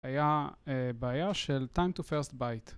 היה בעיה של time to first byte